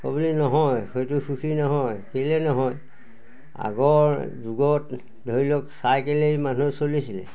অঁ বুলি নহয় সেইটো সুখী নহয় কেলৈ নহয় আগৰ যুগত ধৰি লওক চাইকেলেৰেই মানুহে চলিছিলে